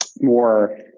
more